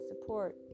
support